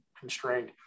constrained